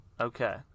Okay